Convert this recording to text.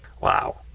Wow